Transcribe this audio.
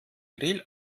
grill